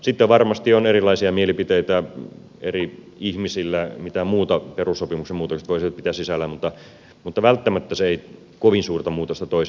sitten varmasti on erilaisia mielipiteitä eri ihmisillä mitä muuta perussopimusten muutokset voisivat pitää sisällään mutta välttämättä se ei kovin suurta muutosta toisi